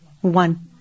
One